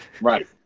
Right